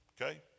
Okay